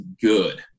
good